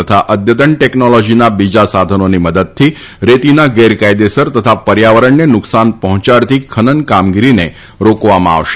તથા અદ્યતન ટેકનોલોજીના બીજા સાધનોની મદદથી રેતીના ગેરકાયદેસર તથા પર્યાવરણને નુકસાન પહોંચાડતી ખનન કામગીરીને રોકવામાં આવશે